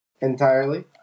entirely